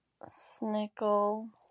Snickle